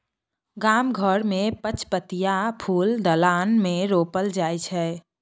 गाम घर मे पचपतिया फुल दलान मे रोपल जाइ छै